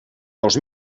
dos